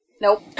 Nope